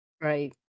Right